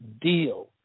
deal